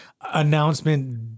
announcement